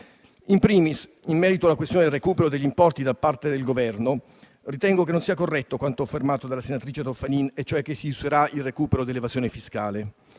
*In primis*, in merito alla questione del recupero degli importi da parte del Governo, ritengo che non sia corretto quanto affermato dalla senatrice Toffanin, e cioè che si userà il recupero dell'evasione fiscale.